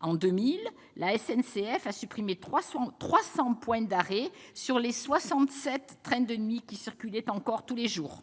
En 2000, la SNCF a supprimé 300 points d'arrêts sur les soixante-sept trains de nuit qui circulaient encore tous les jours.